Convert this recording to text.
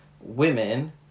women